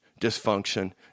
dysfunction